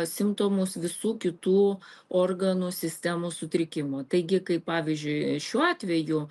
simptomus visų kitų organų sistemų sutrikimų taigi kaip pavyzdžiui šiuo atveju